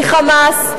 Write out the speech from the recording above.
מ"חמאס",